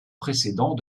précédent